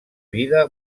vida